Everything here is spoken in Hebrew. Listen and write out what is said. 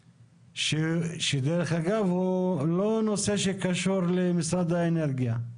שדרך אגב הוא לא נושא שקשור למשרד האנרגיה.